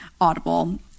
Audible